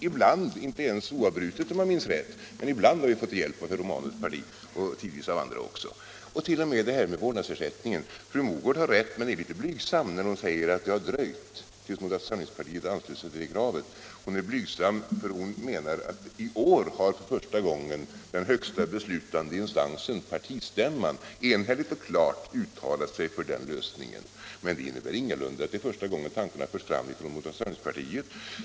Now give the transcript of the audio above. Ibland, men inte oavbrutet om jag minns rätt, har vi fått hjälp av herr Romanus parti och tidvis även av andra partier — t.o.m. när det har gällt vårdnadsersättningen. Fru Mogård har rätt men är litet blygsam när hon säger att det har dröjt tills moderata samlingspartiet har anslutit sig till det kravet. Fru Mogård menar att i år har för första gången den högsta beslutande instansen, partistämman, enhälligt och klart uttalat sig för den lösningen. Men det innebär ingalunda att det är första gången den här tanken har förts fram från moderata samlingspartiet.